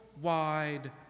wide